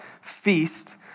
feast